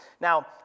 Now